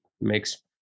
makes